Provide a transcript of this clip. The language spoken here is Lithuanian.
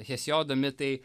hesijodo mitai